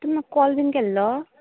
तुमी म्हाक् काॅल बीन केल्लो